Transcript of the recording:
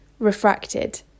Refracted